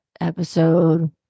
episode